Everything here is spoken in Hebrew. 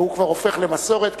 והוא כבר הופך למסורת,